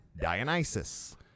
Dionysus